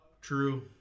true